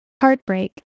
Heartbreak